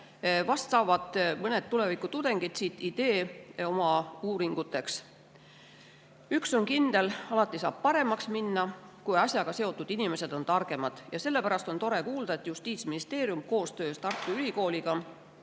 Vast saavad mõned tuleviku tudengid siit idee oma uuringuteks. Üks on kindel: alati saab paremaks minna, kui asjaga seotud inimesed on targemad. Sellepärast on tore kuulda, et Justiitsministeerium koostöös Tartu Ülikooliga